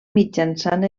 mitjançant